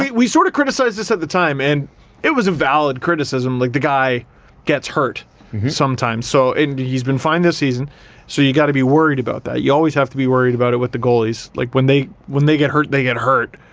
we sort of criticized this at the time and it was a valid criticism, like, the guy gets hurt sometimes so. and he's been fine this season so you got to be worried about that. you always have to be worried about it with the goalies. like, when they when they get hurt, they get hurt.